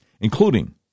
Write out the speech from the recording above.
including